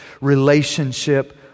relationship